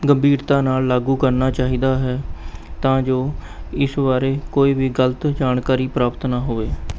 ਗੰਭੀਰਤਾ ਨਾਲ਼ ਲਾਗੂ ਕਰਨਾ ਚਾਹੀਦਾ ਹੈ ਤਾਂ ਜੋ ਇਸ ਬਾਰੇ ਕੋਈ ਵੀ ਗ਼ਲਤ ਜਾਣਕਾਰੀ ਪ੍ਰਾਪਤ ਨਾ ਹੋਵੇ